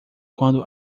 quando